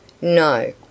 No